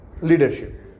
Leadership